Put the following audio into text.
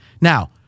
Now